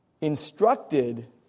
instructed